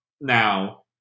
now